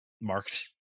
marked